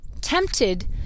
tempted